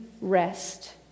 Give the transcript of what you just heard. rest